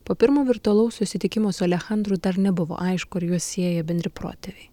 po pirmo virtualaus susitikimo su alechandru dar nebuvo aišku ar juos sieja bendri protėviai